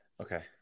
Okay